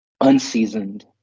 unseasoned